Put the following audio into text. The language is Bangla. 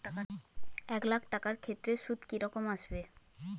এক লাখ টাকার ক্ষেত্রে সুদ কি রকম আসবে?